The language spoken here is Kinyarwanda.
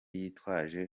yitwaje